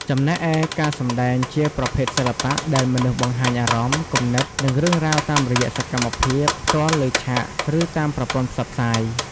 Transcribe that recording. ចំណែកឯ ការសម្តែង ជាប្រភេទសិល្បៈដែលមនុស្សបង្ហាញអារម្មណ៍ គំនិត និងរឿងរ៉ាវតាមរយៈសកម្មភាពផ្ទាល់លើឆាក ឬតាមប្រព័ន្ធផ្សព្វផ្សាយ។